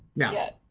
yeah.